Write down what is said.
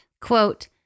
quote